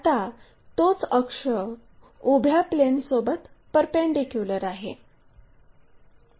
आता तोच अक्ष उभ्या प्लेनसोबत परपेंडीक्युलर आहे